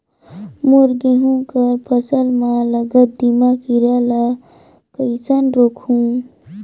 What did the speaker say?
मोर गहूं कर फसल म लगल दीमक कीरा ला कइसन रोकहू?